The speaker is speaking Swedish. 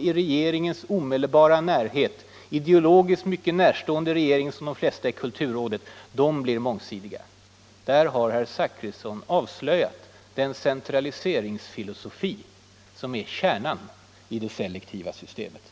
i regeringens omedelbara närhet — ideologiskt mycket närstående regeringen som de flesta i kulturrådet är — blir mångsidiga! Där har herr Zachrisson avslöjat den centraliseringsfilosofi som är kärnan i det se lektiva systemet.